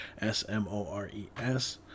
S-M-O-R-E-S